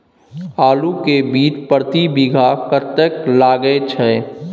आलू के बीज प्रति बीघा कतेक लागय छै?